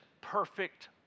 perfect